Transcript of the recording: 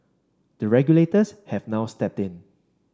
the regulators have now stepped in